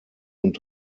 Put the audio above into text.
und